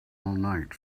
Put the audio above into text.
night